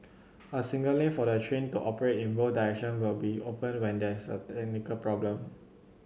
a single lane for the train to operate in both direction will be open when there is a technical problem